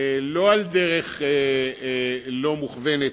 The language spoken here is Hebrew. ולא על דרך לא מוכוונת.